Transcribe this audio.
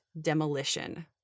demolition